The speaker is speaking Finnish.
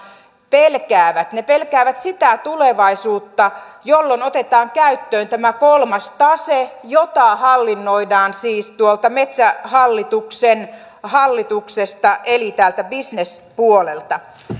pelkäävät ne pelkäävät sitä tulevaisuutta jolloin otetaan käyttöön tämä kolmas tase jota hallinnoidaan siis tuolta metsähallituksen hallituksesta eli täältä bisnespuolelta